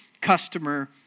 customer